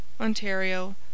Ontario